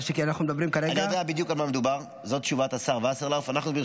הוא מדבר על הנגב --- אנחנו לא על הנגב.